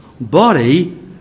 body